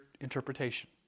interpretation